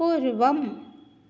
पूर्वम्